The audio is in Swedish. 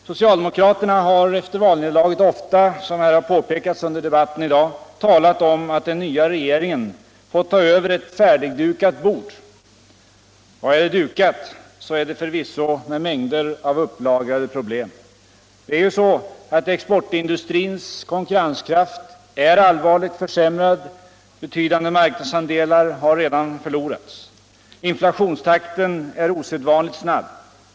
Socialdemokraterna har efter valnederlaget ofta, som det här har påpekats under debatten i dag, talat om att den nya regeringen fått ta över eu färdigdukat bord. Ja, är det dukat, så är det förvisso med mängder av upplagrade problem. Exportindustrins konkurrenskraft är allvarligt försämrad. Betydande marknadsandelar har redan förlorats. Inflationstakten är osedvanligt snabb.